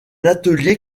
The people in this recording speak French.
atelier